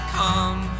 come